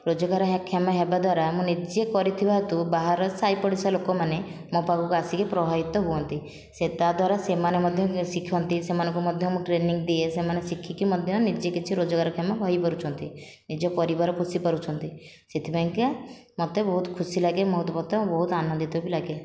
ରୋଜଗାର କ୍ଷମ ହେବାଦ୍ୱାରା ମୁଁ ନିଜେ କରିଥିବା ହେତୁ ବାହାର ସାହିପଡ଼ିଶା ଲୋକମାନେ ମୋ' ପାଖକୁ ଆସିକି ପ୍ରଭାବିତ ହୁଅନ୍ତି ସେ ତା' ଦ୍ଵାରା ସେମାନେ ମଧ୍ୟ ଶିଖନ୍ତି ସେମାନଙ୍କୁ ମଧ୍ୟ ମୁଁ ଟ୍ରେନିଂ ଦିଏ ସେମାନେ ଶିଖିକି ମଧ୍ୟ ନିଜେ କିଛି ରୋଜଗାରକ୍ଷମ ହୋଇପାରୁଛନ୍ତି ନିଜ ପରିବାର ପୋଷିପାରୁଛନ୍ତି ସେଥିପାଇଁକା ମୋତେ ବହୁତ ଖୁସି ଲାଗେ ବହୁତ ମଧ୍ୟ ଆନନ୍ଦିତ ବି ଲାଗେ